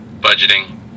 budgeting